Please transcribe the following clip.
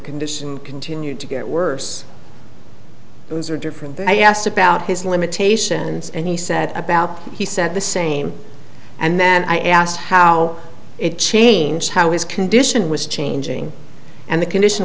condition continue to get worse things are different but i asked about his limitations and he said about he said the same and then i asked how it changed how his condition was changing and the condition